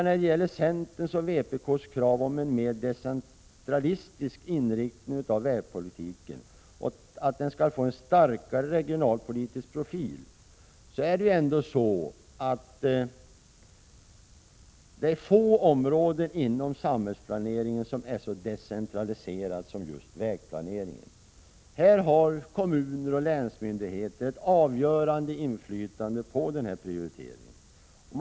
När det gäller centerns och vpk:s krav på en mer decentralistisk inriktning av vägpolitiken och på att den skall få en starkare regionalpolitisk profil, vill jag betona att det ändå är få områden inom samhällsplaneringen som är så decentraliserade som just vägplaneringen. Här har ju kommuner och länsmyndigheter ett avgörande inflytande på prioriteringen.